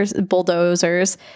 bulldozers